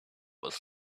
was